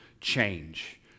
change